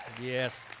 Yes